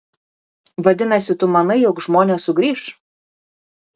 vadinasi tu manai jog žmonės sugrįš